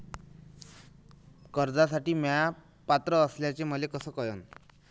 कर्जसाठी म्या पात्र असल्याचे मले कस कळन?